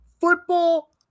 Football